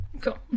Cool